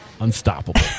unstoppable